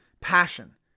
passion